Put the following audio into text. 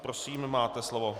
Prosím, máte slovo.